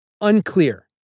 Unclear